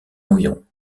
environs